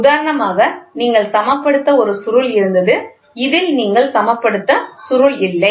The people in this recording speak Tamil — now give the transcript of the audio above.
உதாரணமாக நீங்கள் சமப்படுத்த ஒரு சுருள் இருந்தது இதில் நீங்கள் சமப்படுத்த சுருள் இல்லை